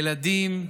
ילדים,